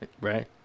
Right